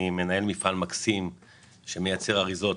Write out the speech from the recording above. אני מנהל מפעל מקסים שמייצר אריזות